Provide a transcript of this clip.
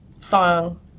song